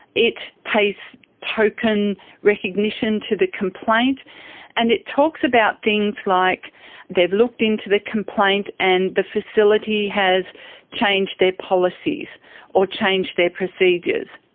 it pays token recognition to the complaint and it talks about things like they've looked into the complaint and the facility has changed their policies or changed their procedures.